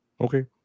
Okay